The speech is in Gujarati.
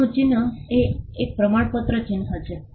જૂનું ચિન્હ એક પ્રમાણપત્ર ચિહ્ન છે